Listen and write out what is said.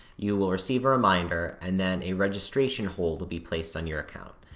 you will receive a reminder, and then a registration hold will be placed on your account.